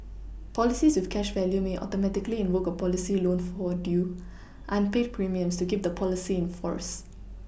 policies with cash value may Automatically invoke a policy loan for due unpaid premiums to keep the policy in force